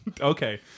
Okay